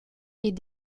est